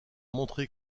montré